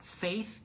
Faith